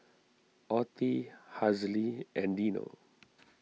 Ottie Hazle and Dino